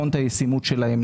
לבחון את הישימות שלהן,